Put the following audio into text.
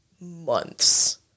months